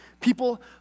people